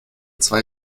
zwei